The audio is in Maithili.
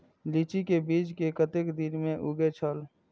लीची के बीज कै कतेक दिन में उगे छल?